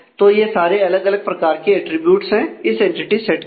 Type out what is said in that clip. तो यह सारे अलग अलग प्रकार के अटरीब्यूट्स है इस एंटिटी सेट के लिए